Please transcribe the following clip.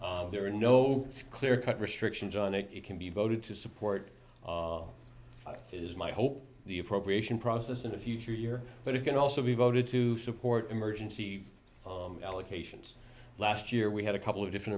there are no clear cut restrictions on it it can be voted to support it is my hope the appropriation process in the future year but it can also be voted to support emergency allocations last year we had a couple of different